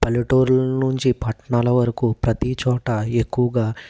పల్లెటూర్ల నుంచి పట్టణాల వరకు ప్రతిచోట ఎక్కువగా